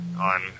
on